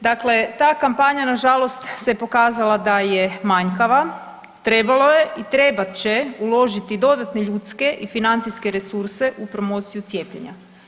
Dakle, ta kampanja nažalost se pokazala da je manjkava, trebalo je i trebat će uložiti dodatne ljudske i financijske resurse u promociju cijepljenja.